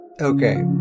okay